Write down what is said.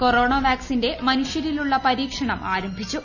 corona വാക്സിന്റെ മനുഷ്യരിലുള്ള പരീക്ഷണം ആരംഭിച്ചു